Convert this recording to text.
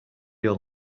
your